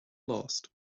last